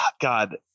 god